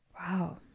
Wow